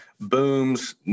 booms